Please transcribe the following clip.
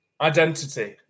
Identity